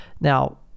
now